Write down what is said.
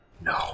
No